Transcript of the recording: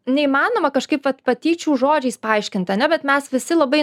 neįmanoma kažkaip vat patyčių žodžiais paaiškint ane bet mes visi labai